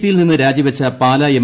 പിയിൽനിന്നു രാജിവച്ച പാലാ എം